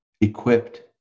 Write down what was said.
equipped